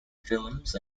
films